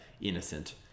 innocent